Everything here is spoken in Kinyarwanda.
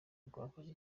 rwafashe